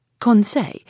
Conseil